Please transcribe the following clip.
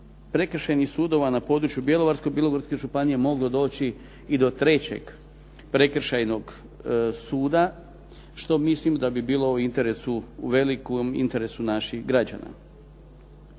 prekršajnih sudova na području Bjelovarsko-bilogorske županije moglo doći i do trećeg prekršajnog suda, što mislim da bi bilo u velikom interesu naših građana.